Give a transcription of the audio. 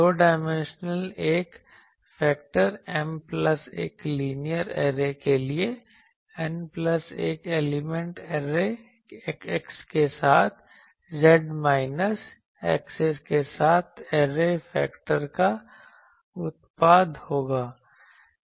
दो dimensional array factor M plus 1 linear array के लिए N plus 1 element array x के साथ z एक्सिस के साथ ऐरे फैक्टर का उत्पाद होगा